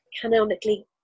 canonically